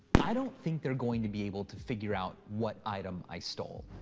i don't think they're going to be able to figure out what item i stole.